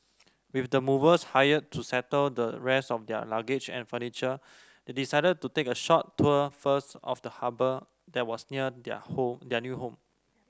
with the movers hired to settle the rest of their luggage and furniture they decided to take a short tour first of the harbour that was near their home their new home